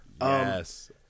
Yes